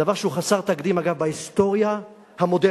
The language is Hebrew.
דבר שהוא חסר תקדים, אגב, בהיסטוריה המודרנית.